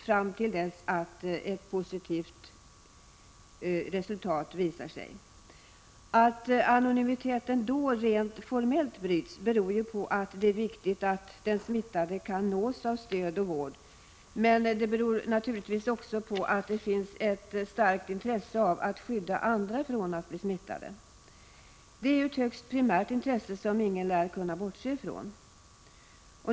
Det gäller ända till dess att resultatet visar sig vara positivt. Att anonymiteten då rent formellt bryts, beror på att det är viktigt att den smittade kan nås av stöd och vård. Men det beror naturligtvis också på att det finns ett starkt intresse av att skydda andra från att bli smittade. Det är ju ett högst primärt intresse, som ingen lär kunna bortse från.